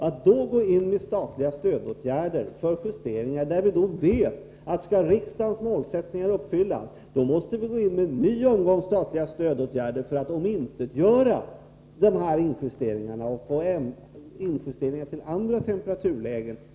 Att då gå in med statliga stödåtgärder för justeringar, trots att vi vet, att skall riksdagens mål uppfyllas, måste vi räkna med en ny omgång statliga stödåtgärder för att omintetgöra de här injusteringarna och sedan få injusteringar till andra temperaturlägen.